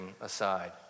aside